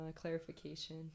clarification